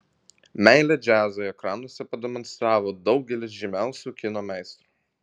meilę džiazui ekranuose pademonstravo daugelis žymiausių kino meistrų